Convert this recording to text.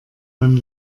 man